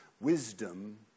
Wisdom